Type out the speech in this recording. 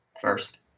first